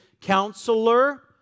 counselor